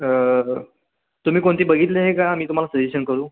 तुम्ही कोणती बघितली आहे का आम्ही तुम्हाला सजेशन करू